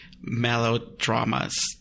melodramas